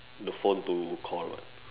the phone to call [what]